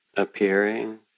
Appearing